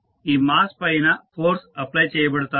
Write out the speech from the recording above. ఈ మాస్ పైన force apply చేయబడుతాయి